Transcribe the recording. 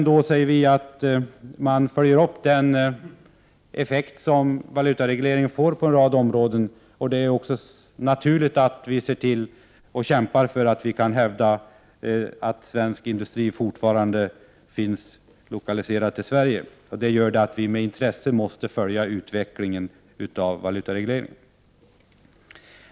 Det är viktigt att följa upp den effekt som valutaregleringen får på en rad områden, och det är också naturligt att vi kämpar för att hävda att svensk industri fortfarande skall vara lokaliserad till Sverige. Det gör att vi med intresse måste följa utvecklingen av valutaregleringen.